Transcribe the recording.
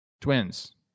Twins